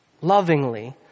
lovingly